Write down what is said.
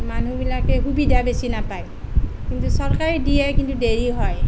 মানুহবিলাকে সুবিধা বেছি নাপায় কিন্তু চৰকাৰে দিয়ে কিন্তু দেৰি হয়